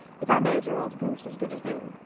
if i made your old goose as good as new?